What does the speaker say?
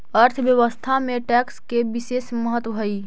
अर्थव्यवस्था में टैक्स के बिसेस महत्व हई